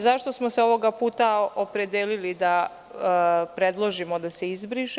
Zašto smo se ovog puta opredelili da predložimo da se izbriše?